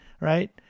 Right